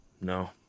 No